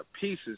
pieces